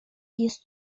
jest